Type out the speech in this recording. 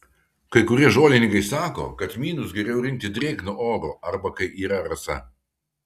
kai kurie žolininkai sako kad kmynus geriau rinkti drėgnu oru arba kai yra rasa